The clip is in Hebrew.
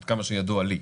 עד כמה שידוע לי.